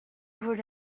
vaut